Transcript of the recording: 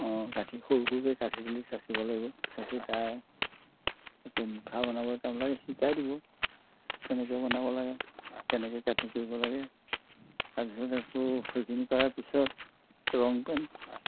অঁ কাঠি সৰু সৰুকৈ কাঠিখিনি চাঁচিব লাগিব চাঁচি তাৰ আকৌ মুখা বনাবলৈকে তেওঁলোকে শিকাই দিব কেনেকৈ বনাব লাগে কেনেকৈ কাটি কৰিব লাগে তাৰ পিছত আকৌ সেইখিনি কৰাৰ পিছত ৰং পেইণ্ট